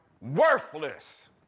worthless